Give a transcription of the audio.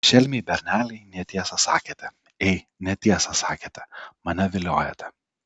šelmiai berneliai netiesą sakėte ei netiesą sakėte mane viliojote